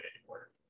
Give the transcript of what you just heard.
anymore